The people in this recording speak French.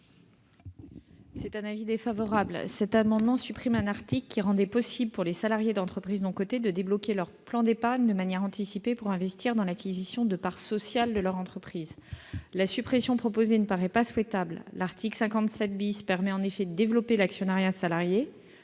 est l'avis du Gouvernement ? Cet amendement vise à supprimer un article qui permet aux salariés d'entreprises non cotées de débloquer leur plan d'épargne de manière anticipée pour investir dans l'acquisition de parts sociales de leur entreprise. La suppression proposée ne paraît pas souhaitable : l'article 57 permet en effet de développer l'actionnariat salarié,